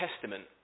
Testament